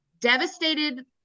devastated